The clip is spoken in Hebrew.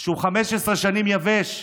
שהוא 15 שנים יבש,